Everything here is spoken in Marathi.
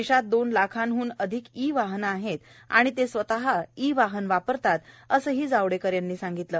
देशात दोन लाखाहन अधिक ई वाहने आहेत आणि ते स्वतः ई वाहन वापरतात असेही जावडेकर यांनी सांगितल